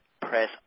press